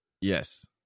Yes